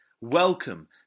Welcome